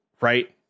right